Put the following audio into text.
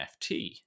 NFT